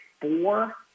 four